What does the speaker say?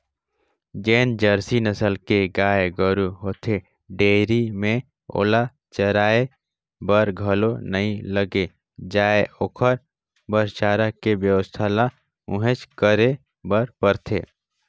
जेन जरसी नसल के गाय गोरु होथे डेयरी में ओला चराये बर घलो नइ लेगे जाय ओखर बर चारा के बेवस्था ल उहेंच करे बर परथे